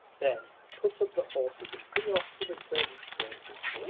then put up the horses, and be off to the servants' quarters.